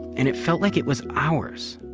and it felt like it was ours